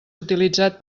utilitzat